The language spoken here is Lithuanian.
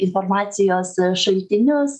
informacijos šaltinius